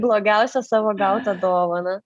blogiausią savo gautą dovaną